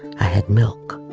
i had milk.